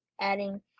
adding